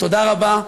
תודה רבה.